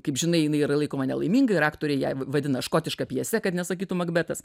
kaip žinai jinai yra laikoma nelaiminga ir aktorė ją vadina škotiška pjese kad nesakytų makbetas